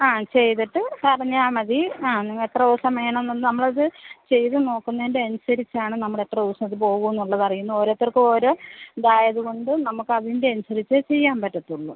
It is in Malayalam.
ആ ചെയ്തിട്ട് പറഞ്ഞാൽ മതി ആ നിങ്ങളെത്ര ദിവസം വേണമെന്നും നമ്മളത് ചെയ്ത് നോക്കുന്നതിന്റെ അനുസരിച്ചാണ് നമ്മളെത്ര ദിവസമിത് പോവൂന്നുള്ളതറിയു ഓരോരുത്തർക്കോരോ ഇതായത് കൊണ്ടും നമുക്കതിൻ്റെ അനുസരിച്ച് ചെയ്യാൻ പറ്റത്തുളളൂ